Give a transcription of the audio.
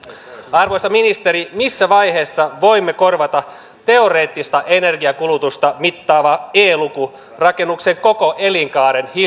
arvoisa ministeri missä vaiheessa voimme korvata teoreettista energiankulutusta mittaavan e luvun rakennuksen koko elinkaaren